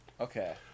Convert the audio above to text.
Okay